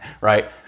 Right